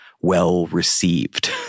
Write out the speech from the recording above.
well-received